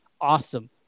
awesome